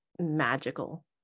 magical